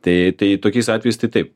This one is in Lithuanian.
tai tai tokiais atvejais tai taip